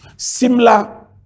Similar